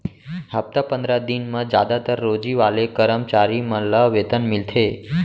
हप्ता पंदरा दिन म जादातर रोजी वाले करम चारी मन ल वेतन मिलथे